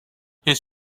his